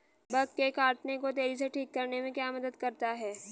Bug के काटने को तेजी से ठीक करने में क्या मदद करता है?